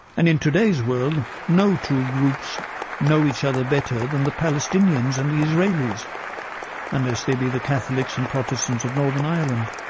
and in today's world, no two groups know each better than the palestinians and the israelis unless they be the catholics and protestants of northern ireland.